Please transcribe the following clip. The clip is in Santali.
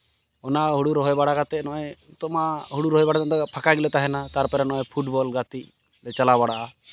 ᱚᱱᱟ ᱦᱩᱲᱩ ᱨᱚᱦᱚᱭ ᱵᱟᱲᱟ ᱠᱟᱛᱮᱫ ᱱᱚᱜᱼᱚᱭ ᱱᱤᱛᱚᱜ ᱢᱟ ᱦᱩᱲᱩ ᱨᱚᱦᱚᱭ ᱵᱟᱲᱟ ᱠᱟᱛᱮᱫ ᱯᱷᱟᱸᱠᱟ ᱜᱮᱞᱮ ᱛᱟᱦᱮᱱᱟ ᱛᱟᱨᱯᱚᱨᱮ ᱱᱚᱜᱼᱚᱭ ᱯᱷᱩᱴᱵᱚᱞ ᱜᱟᱛᱮᱫ ᱞᱮ ᱪᱟᱞᱟᱣ ᱵᱟᱲᱟᱜᱼᱟ